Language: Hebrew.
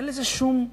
אין לזה שום הצדקה,